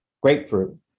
grapefruit